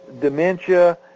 dementia